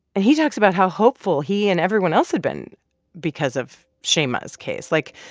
and he talks about how hopeful he and everyone else had been because of shaima's case. like,